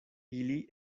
ili